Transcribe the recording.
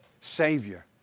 Savior